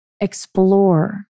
Explore